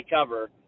cover